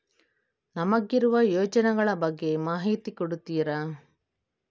ನಮಗಿರುವ ಯೋಜನೆಗಳ ಬಗ್ಗೆ ಮಾಹಿತಿ ಕೊಡ್ತೀರಾ?